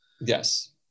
yes